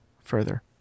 further